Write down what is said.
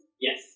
Yes